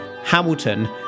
Hamilton